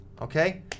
okay